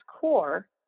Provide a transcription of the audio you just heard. core